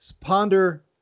ponder